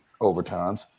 overtimes